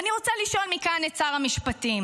ואני רוצה לשאול מכאן את שר המשפטים: